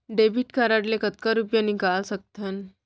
Debit card ले कतका रुपिया निकाल सकथन?